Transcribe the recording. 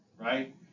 right